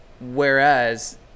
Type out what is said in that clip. whereas